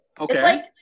Okay